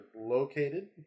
located